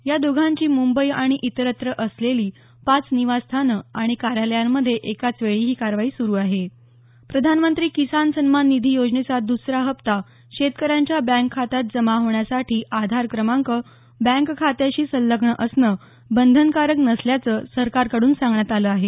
या दोघांची मुंबई आणि इतरत्र असलेली पाच निवासस्थानं आणि कार्यालयांमध्ये एकाच वेळी ही कारवाई सुरू आहे प्रधानमंत्री किसान सन्मान निधी योजनेचा दसरा हप्ता शेतकऱ्यांच्या बँक खात्यात जमा होण्यासाठी आधार क्रमांक बँक खात्यांशी संलंग्न असणं बंधनकारक नसल्याचं सरकारकडून सांगण्यात आलं आहे